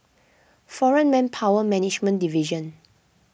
foreign Manpower Management Division